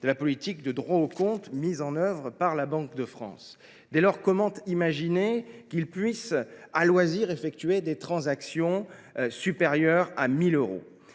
de la politique de droit au compte bancaire mise en œuvre par la Banque de France. Dès lors, comment imaginer qu’ils puissent à loisir effectuer des transactions supérieures à 1 000 euros ?